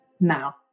now